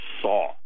saw